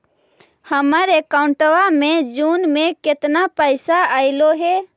हमर अकाउँटवा मे जून में केतना पैसा अईले हे?